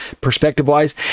perspective-wise